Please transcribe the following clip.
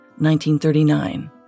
1939